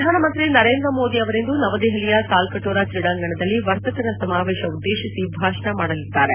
ಪ್ರಧಾನಮಂತ್ರಿ ನರೇಂದ್ರ ಮೋದಿ ಅವರಿಂದು ನವದೆಹಲಿಯ ತಾಲ್ಕಟೋರಾ ಕ್ರೀಡಾಂಗಣದಲ್ಲಿ ವರ್ತಕರ ಸಮಾವೇಶವನ್ನು ಉದ್ದೇಶಿಸಿ ಭಾಷಣ ಮಾಡಲಿದ್ದಾರೆ